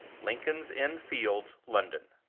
lincoln's inn fields, london.